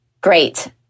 great